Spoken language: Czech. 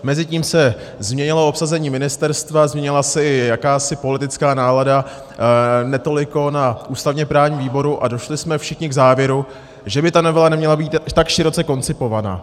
Mezitím se změnilo obsazení ministerstva, změnila se i jakási politická nálada netoliko na ústavněprávním výboru, a došli jsme všichni k závěru, že by ta novela neměla být tak široce koncipovaná.